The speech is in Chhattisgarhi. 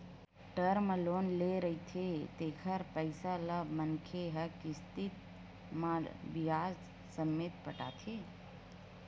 टर्म लोन ले रहिथे तेखर पइसा ल मनखे ह किस्ती म बियाज ससमेत पटाथे